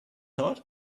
hot